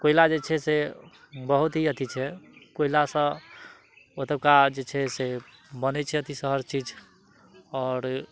कोयला जे छै से बहुत ही अथी छै कोयला सऽ ओतुका जे छै से बनै छै अथी शहर चीज आओर